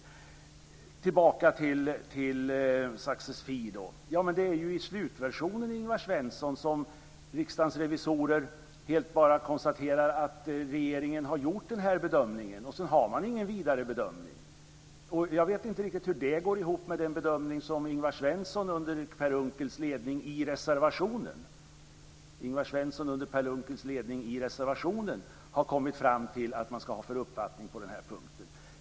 Om vi går tillbaka till success fee så är det i slutversionen, Ingvar Svensson, som Riksdagens revisorer helt enkelt bara konstaterar att regeringen har gjort den här bedömningen. Sedan har man ingen vidare bedömning. Jag vet inte riktigt hur det går ihop med den bedömning som Ingvar Svensson under Per Unckels ledning i reservationen har kommit fram till när det gäller vad man ska ha för uppfattning på den här punkten.